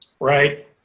Right